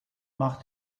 mach